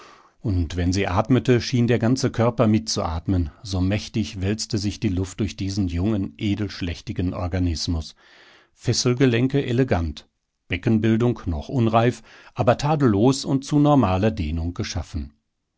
und wenn sie atmete schien der ganze körper mitzuatmen so mächtig wälzte sich die luft durch diesen jungen edelschlächtigen organismus fesselgelenke elegant beckenbildung noch unreif aber tadellos und zu normaler dehnung geschaffen